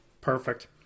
Perfect